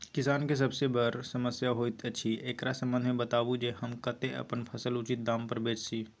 किसान के सबसे बर समस्या होयत अछि, एकरा संबंध मे बताबू जे हम कत्ते अपन फसल उचित दाम पर बेच सी?